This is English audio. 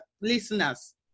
listeners